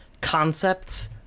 concepts